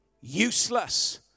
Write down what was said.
useless